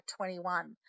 21